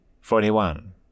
forty-one